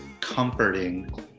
comforting